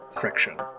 Friction